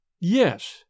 Yes